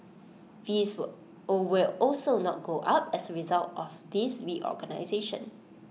fees will all will also not go up as result of this reorganisation